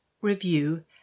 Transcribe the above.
review